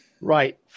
Right